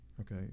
okay